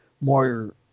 more